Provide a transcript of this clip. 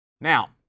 Now